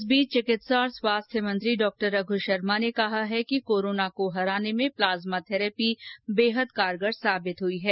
इस बीच चिकित्सा स्वास्थ्य मंत्री डॉ रघ्र शर्मा ने कहा है कि कोरोना को हराने में प्लाज्मा थैरेपी बेहद कारगर साबित हुई है